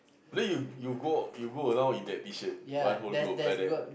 then you you go you go around in that t-shirt one whole group like that